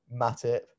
Matip